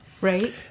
Right